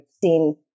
seen